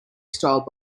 styled